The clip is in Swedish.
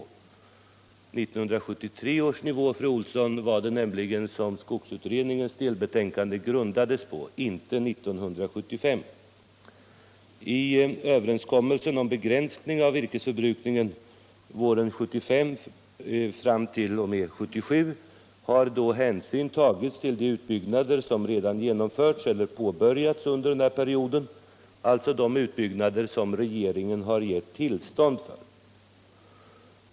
1973 års nivå, fru Olsson, var det nämligen som skogsutredningens delbetänkande grundades på, inte 1975 års. I överenskommelsen om begränsning av virkesförbrukningen fr.o.m. våren 1975 t.o.m. år 1977 har hänsyn tagits till de utbyggnader som helt genomförts eller påbörjats under denna period, alltså de utbyggnader som regeringen gett tillstånd till.